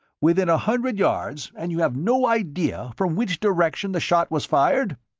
within a hundred yards, and you have no idea from which direction the shot was fired?